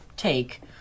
take